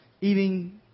eating